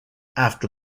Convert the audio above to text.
after